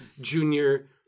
Junior